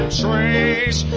trace